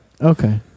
Okay